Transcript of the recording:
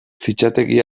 fitxategi